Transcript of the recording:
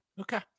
okay